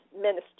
minister